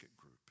group